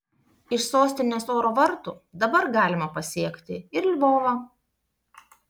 iš sostinės oro vartų dabar galima pasiekti ir lvovą